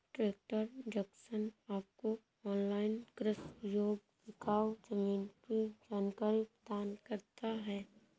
tractor Junction आपको online कृषि योग्य बिकाऊ जमीन की जानकारी प्रदान करता है